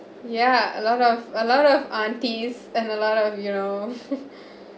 ya a lot of a lot of aunties and a lot of you know